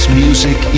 music